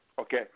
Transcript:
Okay